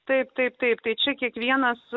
taip taip taip tai čia kiekvienas